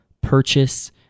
purchase